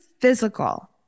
physical